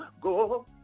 go